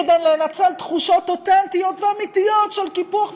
כדי לנצל תחושות אותנטיות ואמיתיות של קיפוח,